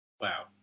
Wow